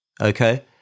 Okay